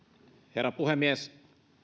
herra puhemies